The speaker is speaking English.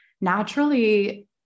naturally